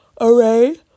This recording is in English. array